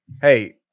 hey